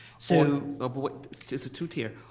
so ah but just a two tier.